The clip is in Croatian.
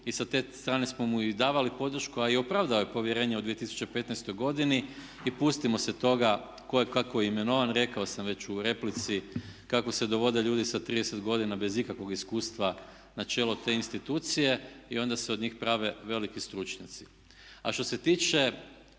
i sa te strane smo mu i davali podršku a i opravdao je povjerenje u 2015. godini. I pustimo se toga tko je kako imenovan, rekao sam već u replici kako se dovode ljudi sa 30 godina bez ikakvog iskustva na čelo te institucije i onda se od njih prave veliki stručnjaci. A što se tiče